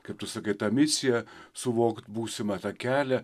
kaip tu sakai ta misija suvokt būsimą tą kelią